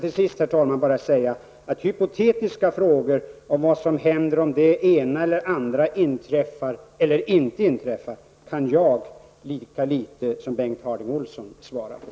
Till sist vill jag bara säga att hypotetiska frågor om vad som händer om det ena eller det andra inträffar eller inte inträffar kan jag svara på lika litet som